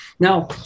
Now